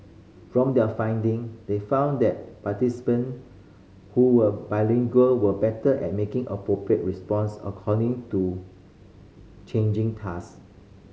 from their finding they found that participant who were bilingual were better at making appropriate responses according to changing task